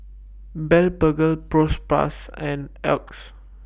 Blephagel Propass and Oxy